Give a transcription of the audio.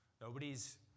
Nobody's